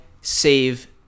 save